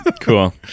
Cool